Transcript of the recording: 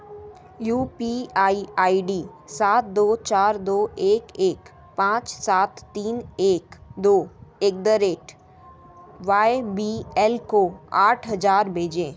you P I I D सात दो चार दो एक एक पाँच सात तीन एक दो at the rate Y B L को आठ हज़ार भेजें